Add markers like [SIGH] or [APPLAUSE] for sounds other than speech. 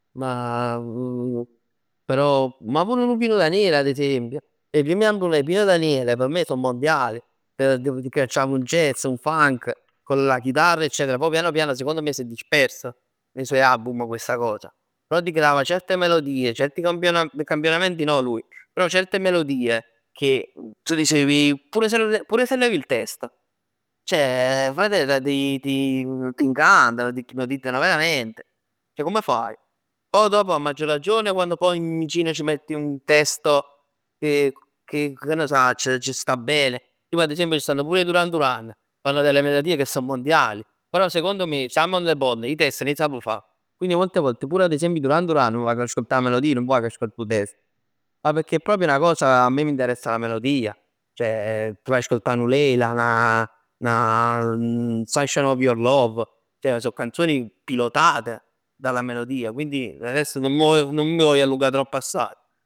Ma [HESITATION] però, ma pur 'nu Pino Daniele ad esempio. I primi album di Pino Daniele p' me sò mondiali. [HESITATION] Ti cacciava un jazz, un funk, con la chitarra eccetera. Poj piano piano sicond me s'è disperso nei suoi album questa cosa. Però ti creava certe melodie, certi campiona campionamenti no lui. Però certe melodie che tu dicevi. Pure se lev, pure se levi il testo. Ceh [HESITATION] fratè ti ti ti incantano, ti ipnotizzano veramente, ceh comm faj. Poi dopo a maggior ragione quando poi [HESITATION] vicino ci metti un testo che che che ne sacc, ci sta bene. Tipo ad esempio ci stanno pure i Duran Duran, fanno delle melodie che sò mondiali. Però secondo me Salmo Le Bon i testi nun 'e sap fà. Quindi molte volte pure ad esempio i Duran Duran m'vag 'a ascoltà 'a melodij, nun m'vag 'a ascoltà 'o test. Ma pecchè è proprio na cosa, a me m' interess 'a melodij. T' vaj 'a ascoltà nu Leyla, 'na 'na Sunshine of Your Love. Ceh sò canzoni pilotate dalla melodia. Quindi adesso nun m' vogl nun m' vogl allungà tropp assaj